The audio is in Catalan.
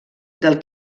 del